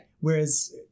Whereas